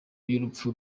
y’urupfu